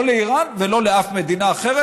לא לאיראן ולא לאף מדינה אחרת,